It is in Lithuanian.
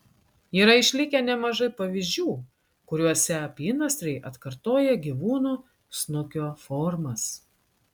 yra išlikę nemažai pavyzdžių kuriuose apynasriai atkartoja gyvūnų snukio formas